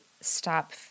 stop